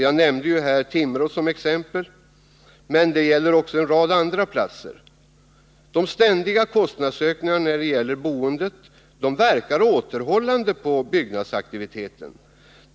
Jag nämnde Timrå som exempel, men också för en rad andra platser gäller att de ständiga kostnadsökningarna vad avser boendet verkar återhållande på byggnadsaktiviteten.